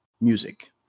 music